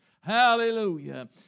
Hallelujah